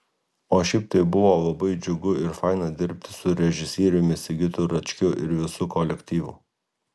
o šiaip tai buvo labai džiugu ir faina dirbti su režisieriumi sigitu račkiu ir visu kolektyvu